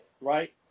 right